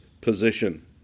position